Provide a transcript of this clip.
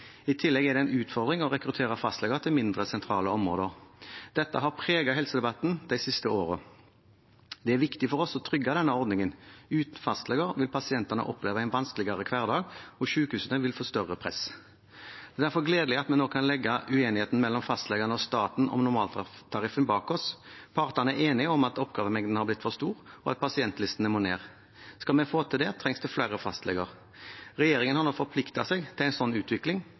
I tillegg er det en utfordring å rekruttere fastleger til mindre sentrale områder. Dette har preget helsedebatten de siste årene. Det er viktig for oss å trygge denne ordningen – uten fastleger vil pasientene oppleve en vanskeligere hverdag, og sykehusene vil få større press. Det er derfor gledelig at vi nå kan legge uenigheten mellom fastlegene og staten om normaltariffen bak oss. Partene er enig om at oppgavemengden har blitt for stor, og at pasientlistene må ned. Skal vi få til det, trengs det flere fastleger. Regjeringen har nå forpliktet seg til en utvikling